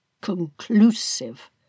conclusive